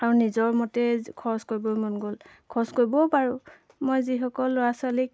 আৰু নিজৰ মতেই খৰচ কৰিবই মন গ'ল খৰচ কৰিবও পাৰোঁ মই যিসকল ল'ৰা ছোৱালীক